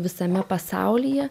visame pasaulyje